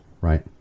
right